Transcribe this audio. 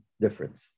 difference